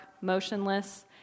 motionless